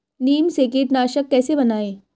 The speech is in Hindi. नीम से कीटनाशक कैसे बनाएं?